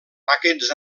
aquests